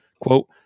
quote